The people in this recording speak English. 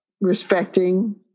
Respecting